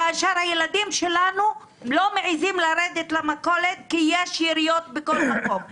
כאשר הילדים שלנו לא מעזים לרדת למכולת כי יש יריות בכול מקום .